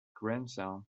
grandson